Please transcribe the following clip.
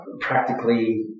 Practically